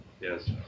Yes